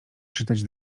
czytać